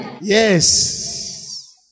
Yes